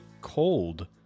cold